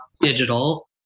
digital